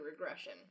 regression